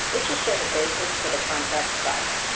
it should show the basis for the contract price.